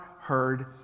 heard